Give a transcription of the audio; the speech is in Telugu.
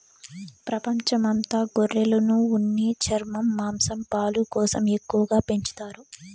ప్రపంచం అంత గొర్రెలను ఉన్ని, చర్మం, మాంసం, పాలు కోసం ఎక్కువగా పెంచుతారు